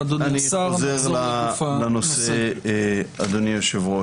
תודה, חבר הכנסת סעדי, אדוני השר.